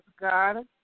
God